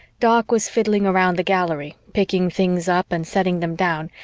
doc was fiddling around the gallery, picking things up and setting them down,